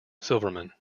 silverman